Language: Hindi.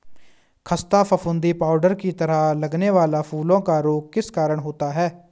खस्ता फफूंदी पाउडर की तरह लगने वाला फूलों का रोग किस कारण होता है?